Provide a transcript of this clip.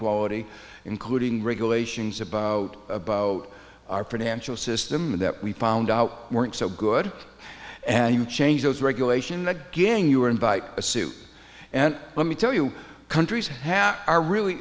quality including regulations about about our financial system that we found out weren't so good and you change those regulation again you are inviting a suit and let me tell you countries half are really